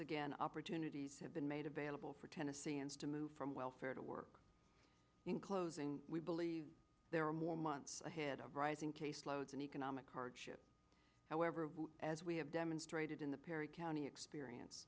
again opportunities have been made available for tennesseans to move from welfare to work in closing we believe there are more months ahead of rising case loads and economic hardship however as we have demonstrated in the perry county experience